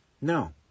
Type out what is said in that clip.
No